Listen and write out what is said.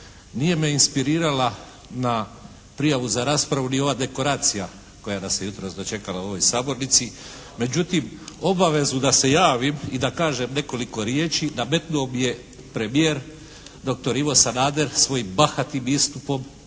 Nije me inspirirala na prijavu za raspravu ni ova dekoracija koja nas je jutros dočekala u ovoj sabornici međutim obavezu da se javim i da kažem nekoliko riječi nametnuo mi je premijer doktor Ivo Sanader svojim bahatim istupom